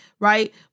Right